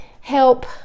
help